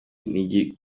menshi